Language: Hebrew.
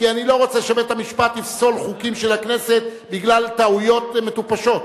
כי אני לא רוצה שבית-המשפט יפסול חוקים של הכנסת בגלל טעויות מטופשות.